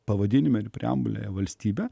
pavadinime ir preambulėje valstybę